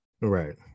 Right